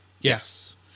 yes